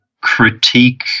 critique